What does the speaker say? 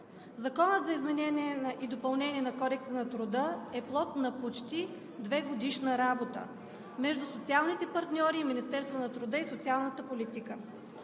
Законът за изменение и допълнение на Кодекса на труда е плод на почти двегодишна работа между социалните партньори и Министерството на труда и социалната политика.